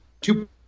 two